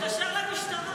--- יתקשר למשטרה.